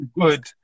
good